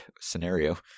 scenario